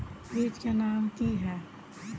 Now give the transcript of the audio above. बीज के नाम की है?